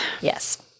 Yes